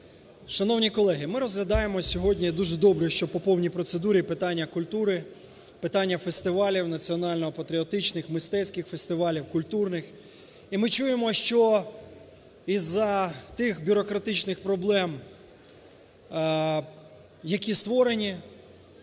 Шановні колеги, ми розглядаємо сьогодні дуже добре, що по повній процедурі питання культури, питання фестивалів національно-патріотичних, мистецьких фестивалів, культурних, і ми чуємо, що із-за тих бюрократичних проблем, які створені,